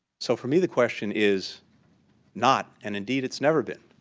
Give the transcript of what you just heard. so for me the question is not, an indeed it's never been,